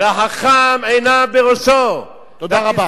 החכם עיניו בראשו, תודה רבה.